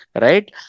Right